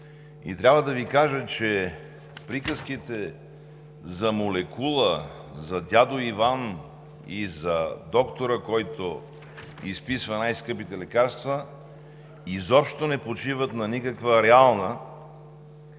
и трябва да Ви кажа, че приказките за молекула, за дядо Иван и за доктора, който изписва най-скъпите лекарства, изобщо не почиват на реалната дейност